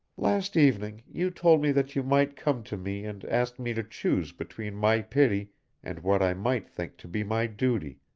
last evening you told me that you might come to me and ask me to choose between my pity and what i might think to be my duty.